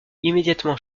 immédiatement